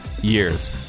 years